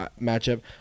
matchup